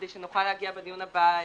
כדי שנוכל להגיע בדיון הבא מבושלים.